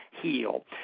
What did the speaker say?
heal